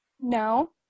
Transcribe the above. No